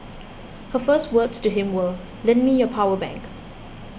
her first words to him were lend me your power bank